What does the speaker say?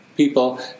People